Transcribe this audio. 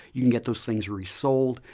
you can get those things already sold.